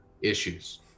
issues